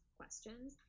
questions